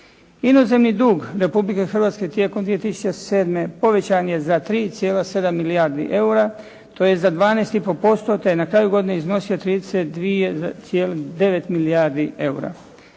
Inozemni dug Republike Hrvatske tijekom 2007. povećan je za 3,7 milijardi eura, to je za 12,5%, te je na kraju godine iznosio 32,9 milijardi eura.